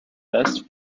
best